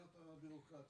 הבעיות הבירוקרטיות.